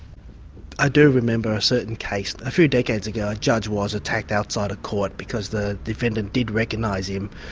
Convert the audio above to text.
i do remember a certain case. a few decades ago, a judge was attacked outside a court because the defendant did recognise him.